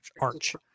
arch